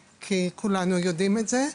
כולנו יודעים את זה.